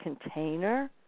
container